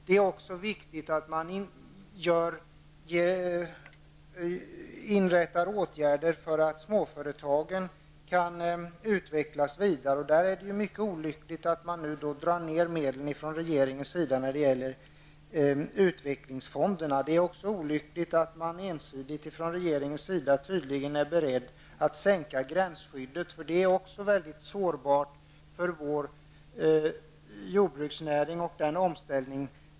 Det är också viktigt att man sätter in åtgärder så att småföretagen kan utvecklas vidare. Det är därför mycket olyckligt att man från regeringens sida drar ned medlen när det gäller utvecklingsfonderna. Det är också olyckligt att man tydligen ensidigt från regeringens sida är beredd att sänka gränsskyddet. Det är mycket sårbart för vår jordbruksnäring och dess omställning.